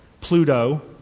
Pluto